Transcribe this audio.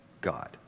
God